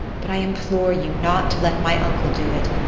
but i implore you not to let my uncle do it.